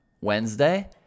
Wednesday